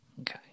Okay